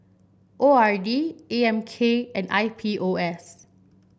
O R D A M K and I P O S